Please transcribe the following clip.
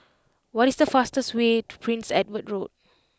what is the fastest way to Prince Edward Road